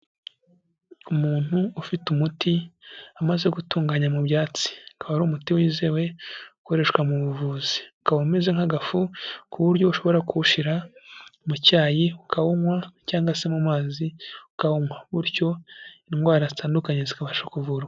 Umuntu ufite umuti amaze gutunganya mu byatsi, akaba ari umuti wizewe ukoreshwa mu buvuzi, ukaba umeze nk'agafu ku buryo ushobora kuwushyira mu cyayi ukawunywa, cyangwa se mu mazi ukawunywa, bityo indwara zitandukanye zikabasha kuvurwa.